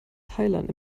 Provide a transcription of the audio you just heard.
thailand